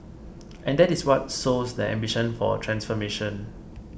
and that is what sows the ambition for transformation